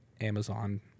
Amazon